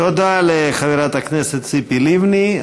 תודה לחברת הכנסת ציפי לבני.